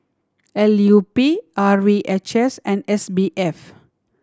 L U P R V H S and S B F